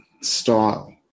style